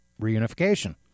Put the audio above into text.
reunification